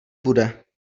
bude